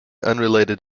unrelated